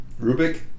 Rubik